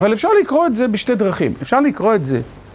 אבל אפשר לקרוא את זה בשתי דרכים, אפשר לקרוא את זה...